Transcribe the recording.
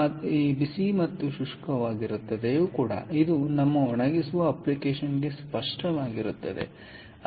ಆದ್ದರಿಂದ ಬಿಸಿ ಮತ್ತು ಶುಷ್ಕವಾಗಿರುತ್ತದೆ ಇದು ನಮ್ಮ ಒಣಗಿಸುವ ಅಪ್ಲಿಕೇಶನ್ಗೆ ಸ್ಪಷ್ಟವಾಗಿರುತ್ತದೆ